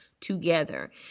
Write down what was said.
together